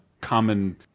common